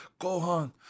Gohan